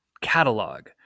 catalog